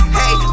hey